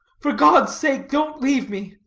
for god's sake don't leave me.